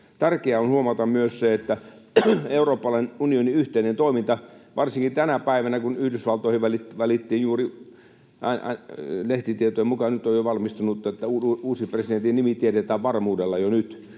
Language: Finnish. Tärkeää on huomata myös se, että Euroopan unionin yhteinen toiminta, varsinkin tänä päivänä, kun Yhdysvaltoihin valittiin juuri uusi presidentti — lehtitietojen mukaan nyt on jo varmistunut, että uuden presidentin nimi tiedetään varmuudella jo nyt...